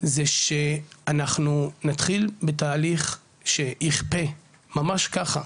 שאנחנו נתחיל בתהליך שיכפה ממש ככה,